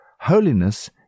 Holiness